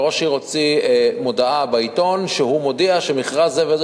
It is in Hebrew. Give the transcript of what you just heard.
וראש עיר הוציא מודעה בעיתון שהוא מודיע שלמכרז זה וזה